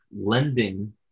lending